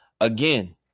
Again